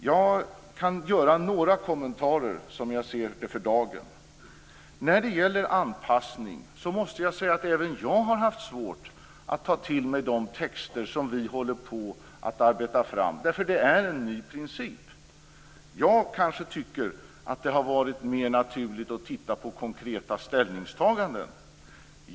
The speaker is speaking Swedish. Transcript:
Jag skall göra några kommentarer som jag ser befogade för dagen. Beträffande anpassning måste jag säga att även jag har haft svårt att ta till mig de texter som vi håller på att arbeta fram därför att det är en ny princip. Jag kanske kan tycka att det hade varit mer naturligt att titta på konkreta ställningstaganden.